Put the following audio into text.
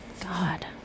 God